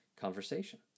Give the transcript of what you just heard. conversation